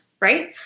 right